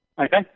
Okay